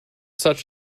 such